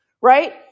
right